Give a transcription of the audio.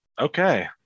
Okay